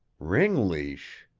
ring leash!